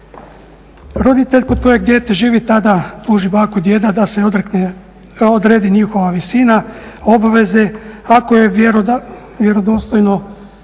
Roditelj kod kojeg dijete živi tada tuži baku i djedu da se odredi njihova visina obveze, ako je vjerodostojno